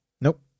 Nope